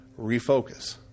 Refocus